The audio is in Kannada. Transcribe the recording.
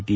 ಟಿ